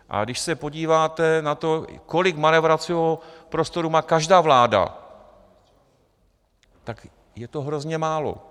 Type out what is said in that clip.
A když se podíváte na to, kolik manévrovacího prostoru má každá vláda, tak je to hrozně málo.